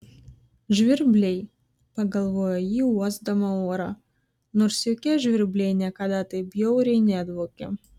žvirbliai pagalvojo ji uosdama orą nors jokie žvirbliai niekada taip bjauriai nedvokė